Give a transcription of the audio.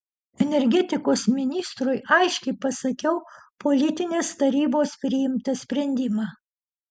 energetikos ministrui aiškiai pasakiau politinės tarybos priimtą sprendimą